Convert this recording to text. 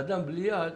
אדם בלי יד,